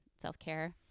self-care